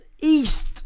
east